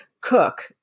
cook